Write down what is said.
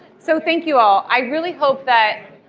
so thank you all. i really hope that